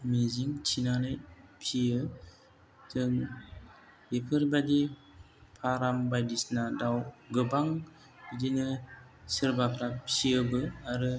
मिजिं थिनानै फियो जों बेफोरबादि फार्म बायदिसिना दाउ गोबां बेदिनो सोरबाफ्रा फियोबो आरो